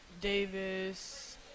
Davis